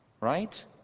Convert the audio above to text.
right